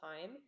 time